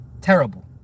Terrible